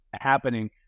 happening